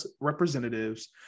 Representatives